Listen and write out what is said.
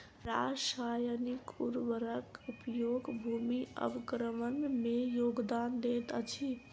रासायनिक उर्वरक उपयोग भूमि अवक्रमण में योगदान दैत अछि